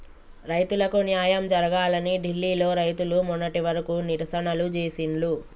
రైతులకు న్యాయం జరగాలని ఢిల్లీ లో రైతులు మొన్నటి వరకు నిరసనలు చేసిండ్లు